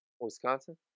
Wisconsin